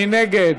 מי נגד?